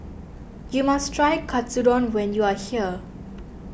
you must try Katsudon when you are here